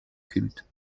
culte